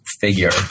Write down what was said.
figure